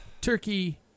Turkey